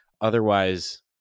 Otherwise